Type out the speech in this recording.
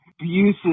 Abusive